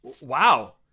wow